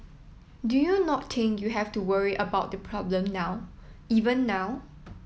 do you not think you have to worry about the problem now even now